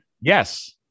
Yes